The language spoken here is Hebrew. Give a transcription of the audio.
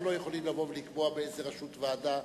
אנחנו לא יכולים לקבוע באיזו ראשות של ועדה,